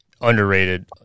underrated